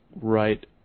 right